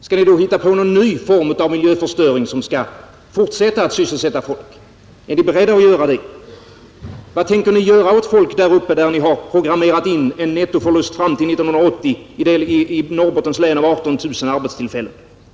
Skall ni då hitta på någon ny form av miljöförstöring som skall fortsätta att sysselsätta folk? Är ni beredda att göra det? Vad tänker ni göra för folk där uppe, där ni har programmerat in en nettoförlust fram till 1980 av 18 000 arbetstillfällen i Norrbottens län?